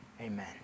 Amen